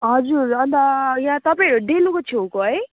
हजुर अन्त यहाँ तपाईँहरू डेलोको छेउको है